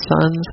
sons